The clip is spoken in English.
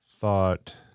thought